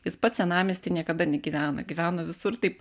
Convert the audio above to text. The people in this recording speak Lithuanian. jis pats senamiesty niekada negyveno gyveno visur taip